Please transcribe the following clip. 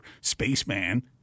spaceman